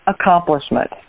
accomplishment